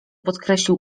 podkreślił